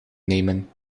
nemen